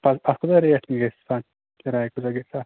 اَتھ اَتھ کوتاہ ریٹ گَژھِ کِراے کٲثاہ گَژھِ اَتھ